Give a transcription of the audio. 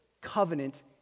covenant